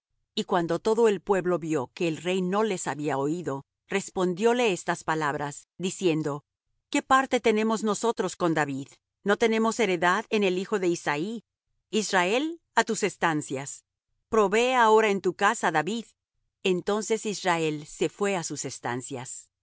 y cuando todo el pueblo vió que el rey no les había oído respondióle estas palabras diciendo qué parte tenemos nosotros con david no tenemos heredad en el hijo de isaí israel á tus estancias provee ahora en tu casa david entonces israel se fué á sus estancias